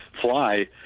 Fly